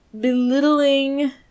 belittling